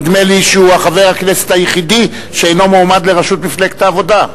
נדמה לי שהוא חבר הכנסת היחידי שאינו מועמד לראשות מפלגת העבודה.